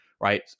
right